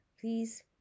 please